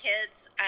kids